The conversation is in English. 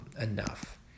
enough